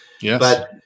Yes